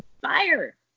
fire